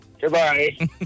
Goodbye